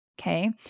okay